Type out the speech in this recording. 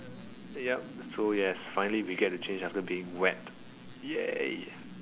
ya so yes we finally get to change after being wet ya